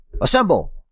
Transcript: Assemble